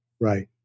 Right